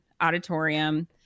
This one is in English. auditorium